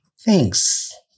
thanks